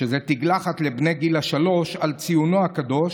שזה תגלחת לבני גיל שלוש על ציונו הקדוש.